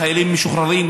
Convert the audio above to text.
לחיילים משוחררים,